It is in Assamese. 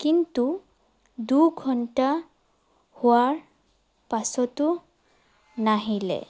কিন্তু দুঘণ্টা হোৱাৰ পাছতো নাহিলে